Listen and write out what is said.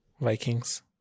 Vikings